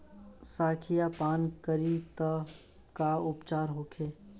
संखिया पान करी त का उपचार होखे?